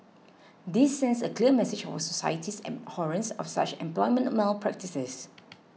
this sends a clear message of our society's abhorrence of such employment malpractices